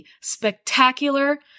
spectacular